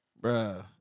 bro